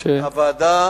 הוועדה,